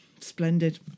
Splendid